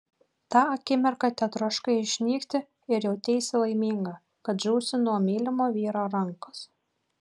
tą akimirką tetroškai išnykti ir jauteisi laiminga kad žūsi nuo mylimo vyro rankos